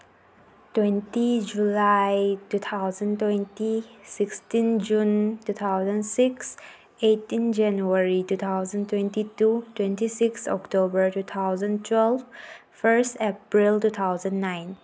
twenty July two thousand twenty sixteen June two thousand six eighteen January two thousand twenty two twenty six October two thousand twelve first April two thousand nine